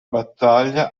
battaglia